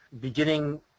beginning